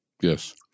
Yes